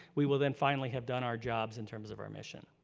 we will then finally have done our jobs in terms of our mission.